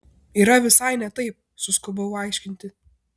yra visai ne taip suskubau aiškinti